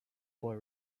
boy